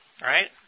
right